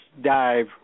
dive